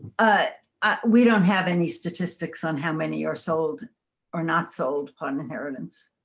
ah we don't have any statistics on how many are sold or not sold upon inheritance.